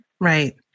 Right